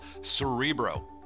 Cerebro